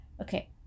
Okay